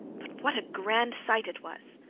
but what a grand sight it was!